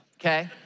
Okay